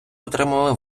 отримали